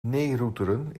neeroeteren